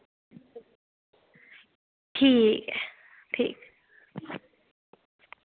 ठीक ऐ ठीक